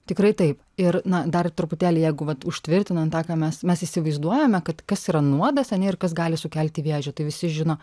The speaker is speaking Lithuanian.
tikrai taip ir na dar truputėlį jeigu vat užtvirtinant tą ką mes mes įsivaizduojame kad kas yra nuodas ane ir kas gali sukelti vėžį tai visi žino